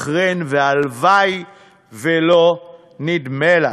בחריין, והלוואי שלא נדמה לה.